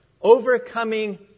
overcoming